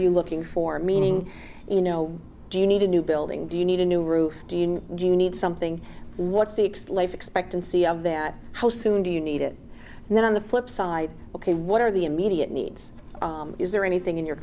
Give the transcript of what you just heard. you looking for meaning you know do you need a new building do you need a new roof do you need something what's the next life expectancy of that how soon do you need it and then on the flip side ok what are the immediate needs is there anything in your